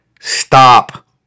Stop